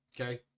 okay